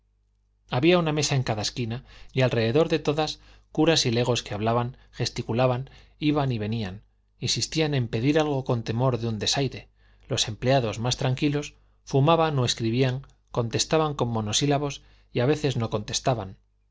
había una mesa en cada esquina y alrededor de todas curas y legos que hablaban gesticulaban iban y venían insistían en pedir algo con temor de un desaire los empleados más tranquilos fumaban o escribían contestaban con monosílabos y a veces no contestaban